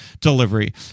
delivery